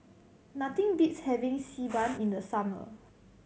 nothing beats having Xi Ban in the summer